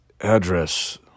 Address